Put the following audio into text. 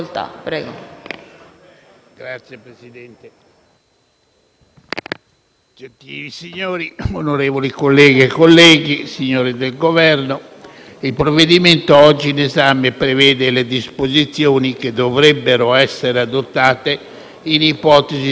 Presidente, onorevoli colleghe e colleghi, signori del Governo, il provvedimento oggi in esame prevede le disposizioni che dovrebbero essere adottate in ipotesi di uscita del Regno di Gran Bretagna dall'Unione europea,